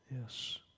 Yes